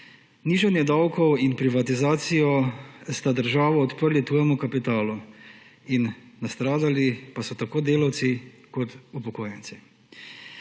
Nižanje davkov in privatizacija sta državo odprla tujemu kapitalu, nastradali pa so tako delavci kot upokojenci.